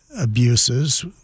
abuses